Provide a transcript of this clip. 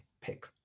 pick